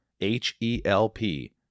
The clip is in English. H-E-L-P